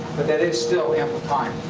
but that is still ample time.